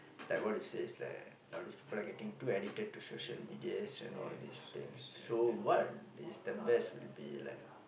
like what they say is like nowadays people are getting too addicted to social medias and all these things so what is the best will be like